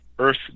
Earth